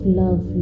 love